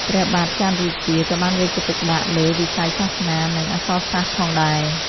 ព្រះបាទចន្ទរាជា ក៏បានយកចិត្តទុកដាក់លើវិស័យសាសនា និងអក្សរសាស្ត្រផងដែរ។